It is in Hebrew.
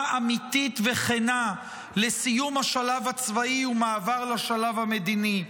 אמיתית וכנה לסיום השלב הצבאי ומעבר לשלב המדיני.